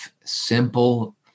simple